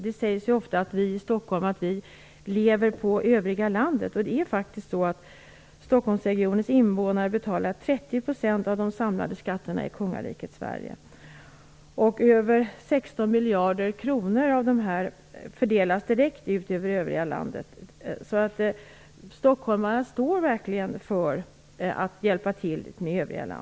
Det sägs ofta att vi i Stockholm lever på övriga landet. Men Stockholmsregionens invånare betalar Över 16 miljarder kronor fördelas direkt ut till övriga landet. Stockholmarna hjälper verkligen till.